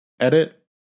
edit